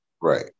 Right